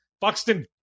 Buxton